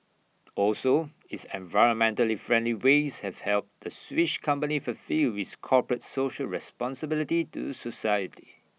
also its environmentally friendly ways have helped the Swiss company fulfil its corporate social responsibility to society